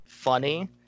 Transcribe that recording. Funny